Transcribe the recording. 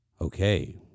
Okay